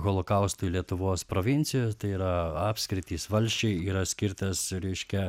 holokaustui lietuvos provincijoj tai yra apskritys valsčiai yra skirtas reiškia